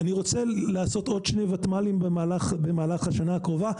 אני רוצה לעשות עוד שני ותמ"לים במהלך השנה הקרובה.